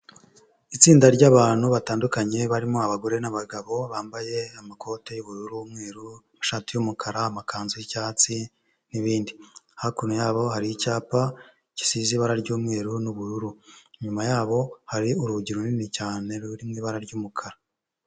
Itsinda ry'abantu batandukanye, barimo abagore n'abagabo, bambaye amakoti y'ubururu, umweru, amashati y'umukara, amakanzu y'icyatsi n'ibindi. Hakuno yabo hari icyapa gisize ibara ry'umweru n'ubururu. Inyuma yabo hari urugi runini cyane, ruri mu ibara ry'umukara.